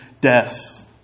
death